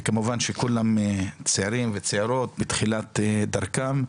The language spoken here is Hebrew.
וכמובן שכולם צעירים וצעירות, בתחילת דרכם,